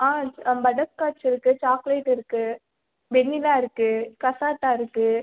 ஆ butterscotch இருக்கு chocolate இருக்கு vanilla இருக்கு கசாட்டா இருக்கு